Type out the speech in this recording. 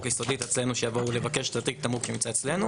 ---- אצלנו שיבואו לבקש את תיק התמרוק שנמצא אצלנו,